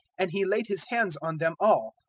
and he laid his hands on them all,